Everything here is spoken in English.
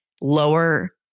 lower